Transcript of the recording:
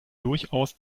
durchaus